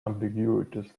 ambiguities